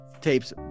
tapes